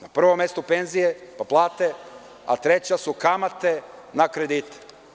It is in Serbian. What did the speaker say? Na prvom mestu penzije, pa plate, a treća su kamate na kredite.